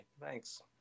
Thanks